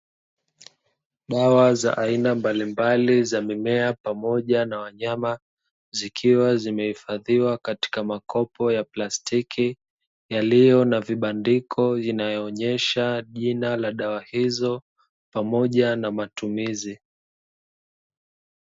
Dawa za aina mbalimbali za mimea pamoja na wanyama zikiwa zimehifadhiwa katika makopo ya plastiki yaliyo na vibandiko vinaonyesha jina la dawa hizo, pamoja na matumizi.